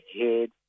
head